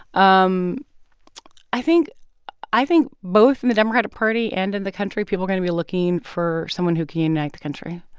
um i think i think both in the democratic party and in the country people are going to be looking for someone who can unite the country.